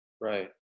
Right